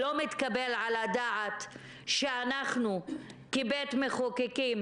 לא מתקבל על הדעת שאנחנו כבית מחוקקים,